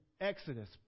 Exodus